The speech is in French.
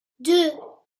deux